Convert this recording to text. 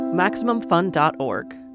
MaximumFun.org